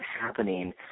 happening